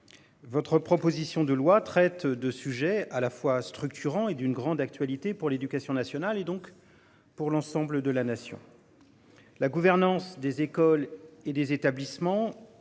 Votre proposition de loi traite de sujets à la fois structurants et d'une grande actualité pour l'éducation nationale et donc pour l'ensemble de la nation. La gouvernance des écoles et des établissements.